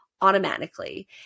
automatically